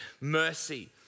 mercy